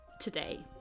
today